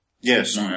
Yes